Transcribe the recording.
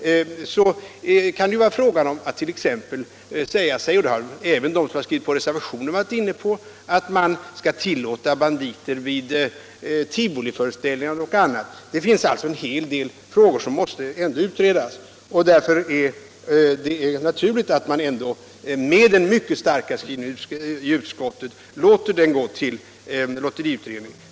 Det kan bli fråga om — och det har även de som har skrivit på reservationen varit inne på — att tillåta banditer vid tivoliföreställningar och annat. Det finns alltså en hel del frågor som måste utredas. Därför är det naturligt att riksdagen bifaller den mycket starka skrivningen i utskottet och låter saken gå till lotteriutredningen.